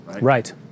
Right